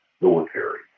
military